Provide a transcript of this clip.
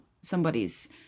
somebody's